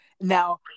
Now